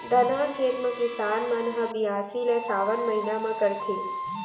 धनहा खेत म किसान मन ह बियासी ल सावन महिना म करथे